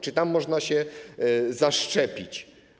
Czy tam można się zaszczepić?